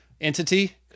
entity